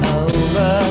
over